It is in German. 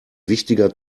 wichtiger